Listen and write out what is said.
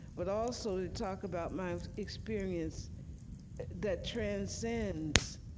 but also to talk about my experience that transcends